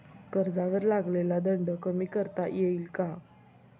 कर्जावर लागलेला दंड कमी करता येईल का?